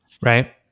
right